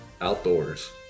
Outdoors